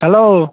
hello